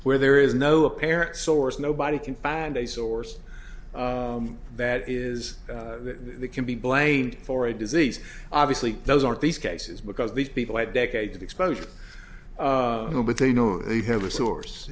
where there is no apparent source nobody can find a source that is that can be blamed for a disease obviously those aren't these cases because these people at decades of exposure you know but they know they have a source